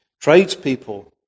tradespeople